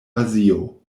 azio